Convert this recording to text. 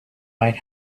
might